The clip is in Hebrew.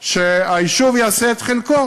שהיישוב יעשה את חלקו.